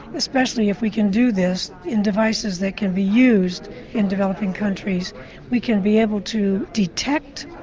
especially if we can do this in devices that can be used in developing countries we can be able to detect,